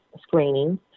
screening